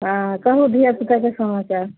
हँ कहू धिआ पुताके समाचार